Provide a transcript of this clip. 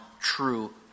true